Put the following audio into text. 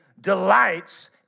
delights